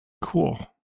cool